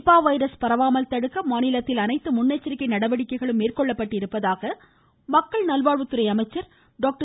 Nipah virus பரவாமல் தடுக்க மாநிலத்தில் அனைத்து முன்னெச்சரிக்கை நடவடிக்கைகளும் மேற்கொள்ளப்பட்டிருப்பதாக மக்கள் நல்வாழ்வுத்துறை அமைச்சா டாக்டர்